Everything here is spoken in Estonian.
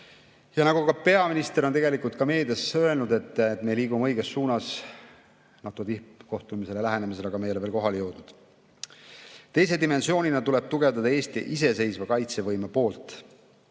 Nagu ka peaminister on meedias öelnud, me liigume õiges suunas NATO tippkohtumisele lähenemisel, aga me ei ole veel kohale jõudnud. Teise dimensioonina tuleb tugevdada Eesti iseseisva kaitsevõime poolt.